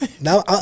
Now